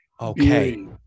Okay